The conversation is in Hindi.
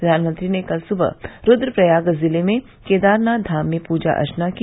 प्रधानमंत्री ने कल सुबह रूद्रप्रयाग जिले में केदारनाथ धाम में पूजा अर्चना की